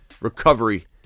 recovery